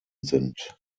sind